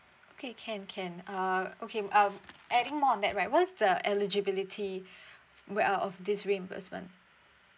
okay can can uh okay um adding more on that right what's the eligibility well of this reimbursement